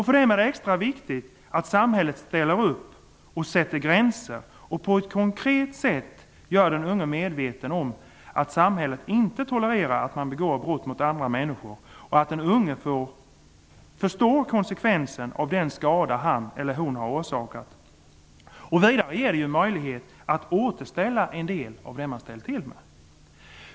För dem är det extra viktigt att samhället ställer upp och sätter gränser och på ett konkret sätt gör den unge medveten om att samhället inte tolererar att man begår brott mot andra människor och att den unge förstår konsekvensen av den skada han eller hon har orsakat. Vidare ger det en möjlighet att återställa en del av det man ställt till med.